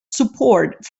support